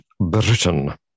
Britain